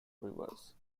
rivers